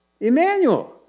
Emmanuel